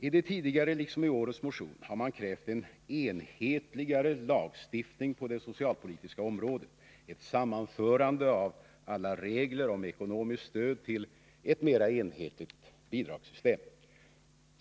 I de tidigare motionerna liksom i årets motion har man krävt en enhetligare lagstiftning på det socialpolitiska området, ett sammanförande av alla regler om ekonomiskt stöd till ett mera enhetligt bidragssystem.